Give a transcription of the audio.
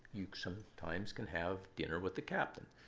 you sometimes can have dinner with the captain.